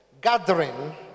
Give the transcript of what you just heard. Gathering